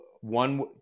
one